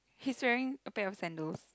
he's wearing a pair of sandals